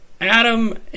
Adam